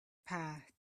passed